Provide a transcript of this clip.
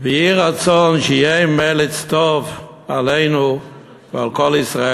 ויהי רצון שיהיה מליץ טוב עלינו ועל כל ישראל.